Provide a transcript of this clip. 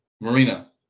Marina